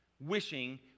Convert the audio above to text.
wishing